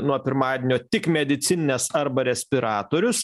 nuo pirmadienio tik medicininės arba respiratorius